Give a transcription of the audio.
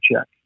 check